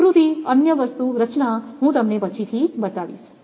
આકૃતિ અન્ય વસ્તુ રચના હું તમને પછીથી બતાવીશ